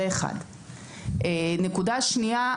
נקודה שנייה.